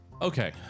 Okay